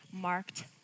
marked